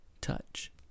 touch